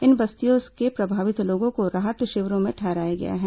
इन बस्तियों के प्रभावित लोगों को राहत शिविरों में ठहराया गया है